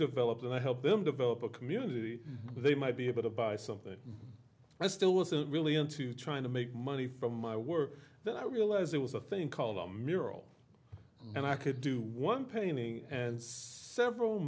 developer and i help them develop a community they might be able to buy something i still wasn't really into trying to make money from my work then i realized it was a thing called miral and i could do one painting and several